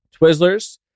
Twizzlers